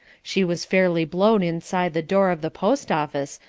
she was fairly blown inside the door of the post-office,